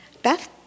Beth